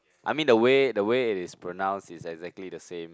I mean the way the way it is pronounced is exactly the same